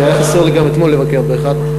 שהיה חסר לי גם אתמול לבקר באחד.